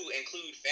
include